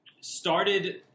started